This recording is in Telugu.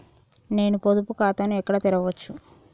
నేను పొదుపు ఖాతాను ఎక్కడ తెరవచ్చు?